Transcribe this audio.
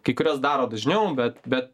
kai kurias daro dažniau bet bet